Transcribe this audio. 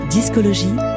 Discologie